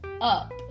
up